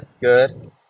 good